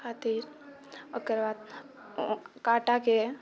खातिर ओकर बाद काँटाके